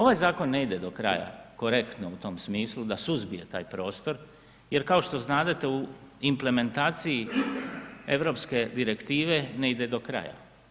Ovaj Zakon ne ide do kraja korektno u tom smislu da suzbije taj prostor jer kao što znadete u implementaciji europske direktive ne ide do kraja.